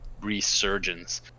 resurgence